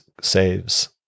saves